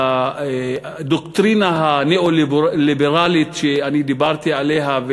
לדוקטרינה הניאו-ליברלית שדיברתי עליה,